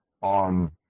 on